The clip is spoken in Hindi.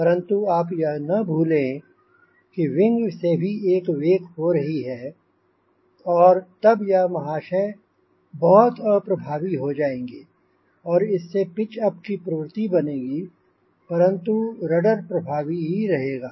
परंतु आप यह न भूलें कि विंग से भी एक वेक हो रही है और तब यह महाशय बहुत अप्रभावी हो जाएंँगे और इससे पिच अप की प्रवृत्ति बनेगी परंतु रडर प्रभावी ही रहेगा